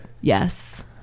yes